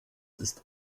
ist